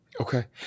Okay